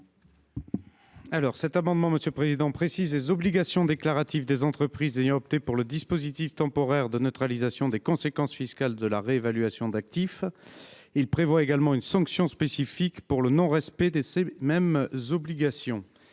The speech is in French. Cet amendement a pour objet de préciser les obligations déclaratives applicables aux entreprises ayant opté pour le dispositif temporaire de neutralisation des conséquences fiscales de la réévaluation d’actifs. Il tend également à créer une sanction spécifique pour le non respect de ces mêmes obligations.